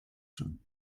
schon